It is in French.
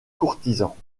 courtisans